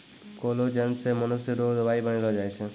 collagen से मनुष्य रो दवाई बनैलो जाय छै